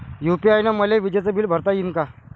UPI न मले विजेचं बिल भरता यीन का?